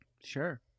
Sure